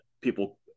people